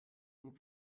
und